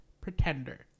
Pretender